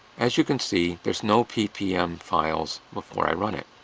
as you can see, there's no ppm files before i run it.